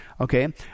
Okay